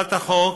הצעת החוק